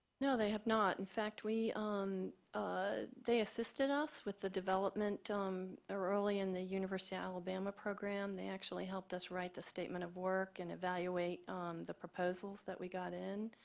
no, they have not. in fact we um ah they assisted us with the development um ah early in the university of alabama program. they actually helped us write the statement of work and evaluate um the proposals that we got in.